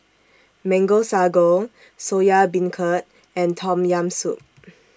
Mango Sago Soya Beancurd and Tom Yam Soup